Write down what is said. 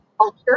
culture